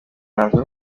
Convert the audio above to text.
umwanzuro